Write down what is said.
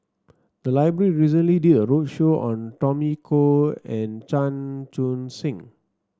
the library recently did a roadshow on Tommy Koh and Chan Chun Sing